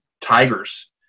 tigers